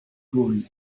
gaules